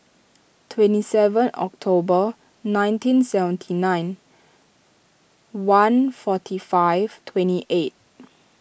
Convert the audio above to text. twenty seven October nineteen seventy nine one forty five twenty eight